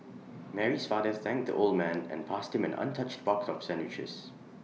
Mary's father thanked the old man and passed him an untouched box of sandwiches